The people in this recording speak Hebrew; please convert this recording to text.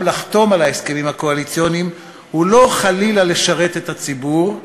לחתום על ההסכמים הקואליציוניים הוא לא חלילה לשרת את הציבור,